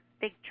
big